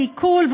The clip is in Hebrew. ועיקול,